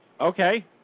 Okay